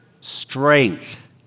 strength